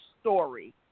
story